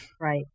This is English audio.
right